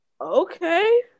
Okay